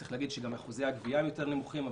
צריך להגיד שגם אחוזי הגבייה הם יותר נמוכים.